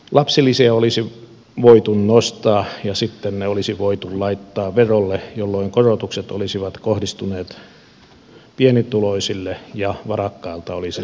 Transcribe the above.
lapsilisiä olisi voitu nostaa ja sitten ne olisi voitu laittaa verolle jolloin korotukset olisivat kohdistuneet pienituloisille ja varakkailta olisi saatu verotuloja